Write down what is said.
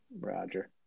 Roger